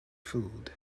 fooled